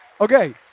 Okay